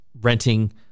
renting